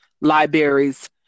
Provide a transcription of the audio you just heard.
libraries